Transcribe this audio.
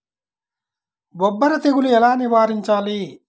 బొబ్బర తెగులు ఎలా నివారించాలి?